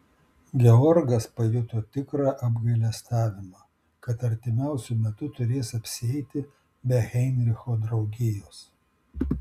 georgas pajuto tikrą apgailestavimą kad artimiausiu metu turės apsieiti be heinricho draugijos